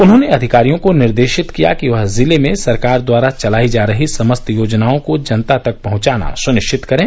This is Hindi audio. उन्होंने अधिकारियों को निर्देशित किया कि वह जिले में सरकार द्वारा चलायी जा रही समस्त योजनाओं को जनता तक पहुंचाया सुनिश्चित करें